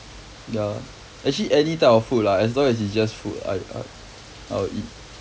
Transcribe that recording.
ya actually any type of food lah as long as it's just food I I I'll eat